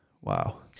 Wow